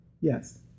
Yes